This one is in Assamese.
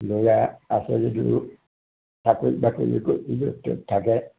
ল'ৰা আছে যদিও চাকৰি বাকৰি কৰি য'ত ত'ত থাকে